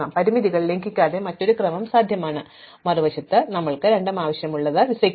അതിനാൽ പരിമിതികൾ ലംഘിക്കാത്ത മറ്റൊരു ക്രമം സാധ്യമാണ് മറുവശത്ത് ഞങ്ങൾക്ക് രണ്ടും ആവശ്യമുള്ള വിസയ്ക്ക്